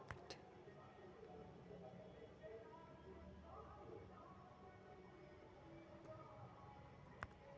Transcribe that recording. आर्थिक अर्थशास्त्र में दू पर फोकस करइ छै, परिसंपत्ति के मोल निर्धारण आऽ कारपोरेट वित्त